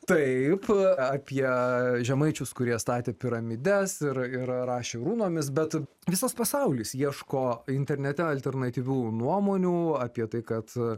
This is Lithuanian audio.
taip apie žemaičius kurie statė piramides ir ir rašė runomis bet visas pasaulis ieško internete alternatyvių nuomonių apie tai kad